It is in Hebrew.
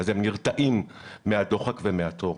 אז הם נרתעים מהדוחק ומהתור.